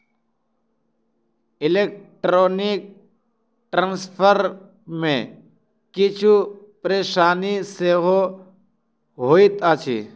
electronic transfer मे किछु परेशानी सेहो होइत अछि